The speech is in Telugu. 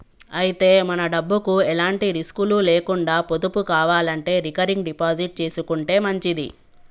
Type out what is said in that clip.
అయితే మన డబ్బుకు ఎలాంటి రిస్కులు లేకుండా పొదుపు కావాలంటే రికరింగ్ డిపాజిట్ చేసుకుంటే మంచిది